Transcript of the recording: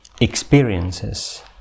experiences